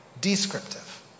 descriptive